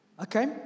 Okay